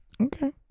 okay